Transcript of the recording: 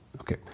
Okay